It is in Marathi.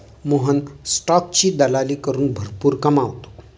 मोहन स्टॉकची दलाली करून भरपूर कमावतो